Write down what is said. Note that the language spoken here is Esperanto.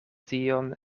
tion